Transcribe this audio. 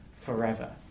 forever